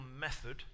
method